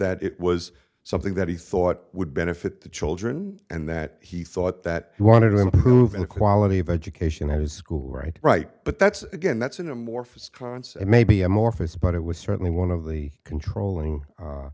that it was something that he thought would benefit the children and that he thought that he wanted to improve the quality of education at his school right right but that's again that's an amorphous crohn's maybe amorphous but it was certainly one of the controlling